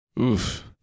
Oof